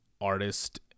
artist